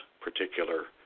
particular